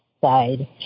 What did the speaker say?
side